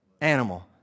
animal